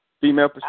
Female